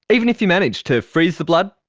even if you manage to freeze the blood,